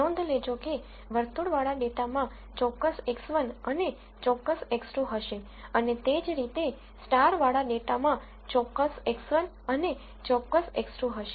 નોંધ લેજો કે વર્તુળ વાળા ડેટામાં ચોક્કસ x1 અને ચોક્કસ x2 હશે અને તે જ રીતે સ્ટાર વાળા ડેટામાં ચોક્કસ x1 અને ચોક્કસ x2 હશે